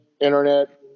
internet